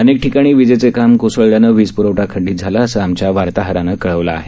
अनेक ठिकाणी वीजेचे खांब कोसळल्यानं वीजप्रवठा खंडित झाला असं आमच्या वार्ताहरानं कळवलं आहे